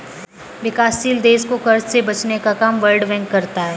विकासशील देश को कर्ज से बचने का काम वर्ल्ड बैंक करता है